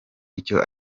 icyo